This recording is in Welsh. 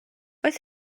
oedd